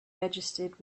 registered